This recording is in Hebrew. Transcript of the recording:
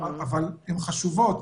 אבל הן חשובות,